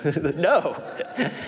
No